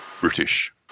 British